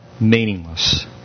meaningless